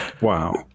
Wow